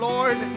Lord